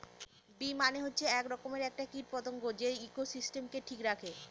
bee মানে হচ্ছে এক রকমের একটা কীট পতঙ্গ যে ইকোসিস্টেমকে ঠিক রাখে